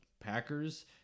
Packers